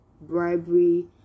bribery